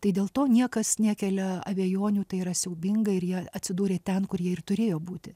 tai dėl to niekas nekelia abejonių tai yra siaubinga ir jie atsidūrė ten kur jie ir turėjo būti